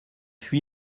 fui